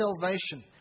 salvation